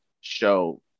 show